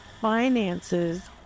finances